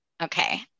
okay